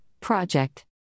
Project